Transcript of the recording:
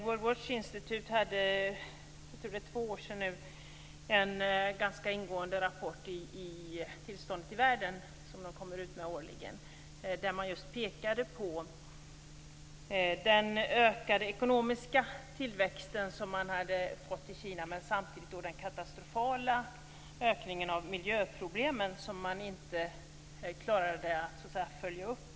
World Watch Institute utkom för omkring två år sedan med en ganska ingående rapport om tillståndet i världen. Det utkommer med en rapport årligen. I denna rapport pekade World Watch Institute just på den ökade ekonomiska tillväxten i Kina, men samtidigt pekade man på den katastrofala ökningen av miljöproblemen som man inte klarade att följa upp.